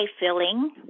filling